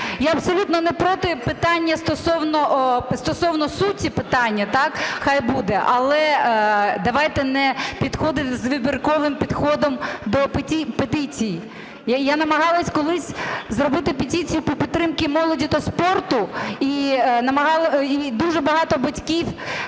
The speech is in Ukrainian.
Я абсолютно не проти стосовно суті питання, так, хай буде. Але давайте підходити з вибірковим підходом до петицій. Я намагалась колись зробити петицію по підтримці молоді та спорту, і дуже багато батьків